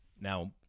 Now